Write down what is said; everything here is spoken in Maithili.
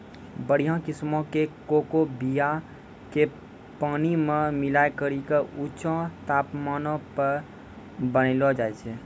बढ़िया किस्मो के कोको बीया के पानी मे मिलाय करि के ऊंचा तापमानो पे बनैलो जाय छै